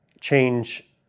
change